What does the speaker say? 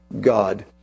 God